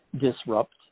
disrupt